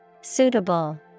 Suitable